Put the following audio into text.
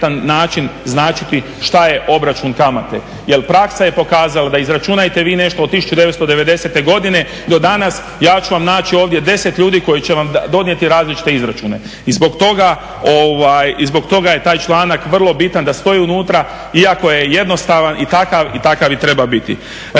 način značiti što je obračun kamate. Jer praksa je pokazala da izračunajte vi nešto od 1990. godine do danas, ja ću vam naći ovdje 10 ljudi koji će vam donijeti različite izračune i zbog toga je taj članak vrlo bitan, da stoji unutra, iako je jednostavan i takav i treba biti.